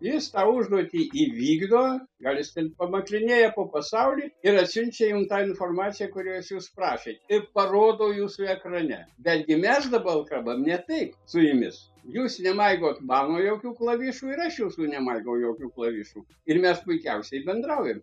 jis tą užduotį įvykdo gal jis ten pamaklinėja po pasaulį ir atsiunčia jums tą informaciją kurios jūs prašėt ir parodo jūsų ekrane bat gi mes dabar kalbam ne taip su jumis jūs nemaigot mano jokių klavišų ir aš jūsų nemaigau jokių klavišų ir mes puikiausiai bendraujam